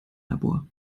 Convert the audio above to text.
labor